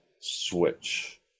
switch